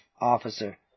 officer